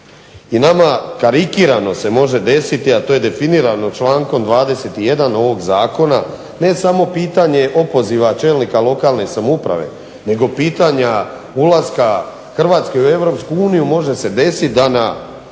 I nama karikirano se može desiti, a to je definirano člankom 21. ovog zakona ne samo pitanje opoziva čelnika lokalne samouprave nego pitanja ulaska Hrvatske u EU može se desiti da na